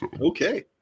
Okay